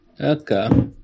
Okay